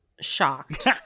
shocked